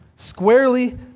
squarely